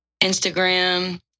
Instagram